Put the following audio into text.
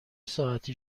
ساعتی